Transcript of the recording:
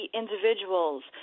individuals